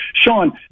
Sean